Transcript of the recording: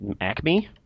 Acme